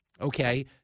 okay